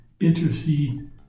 intercede